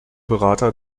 berater